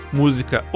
música